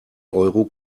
euro